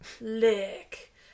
Lick